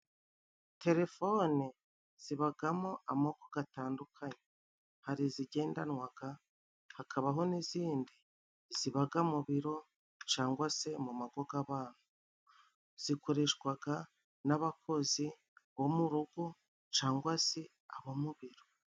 Telefone zibagamo amoko gatandukanye, harizigendanwaga hakabaho n'izindi zibaga mu biro, cangwa se mu mago g'abantu. Zikoreshwaga n'abakozi bo mu rugo cangwa se abo mu biro.